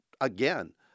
again